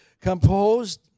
composed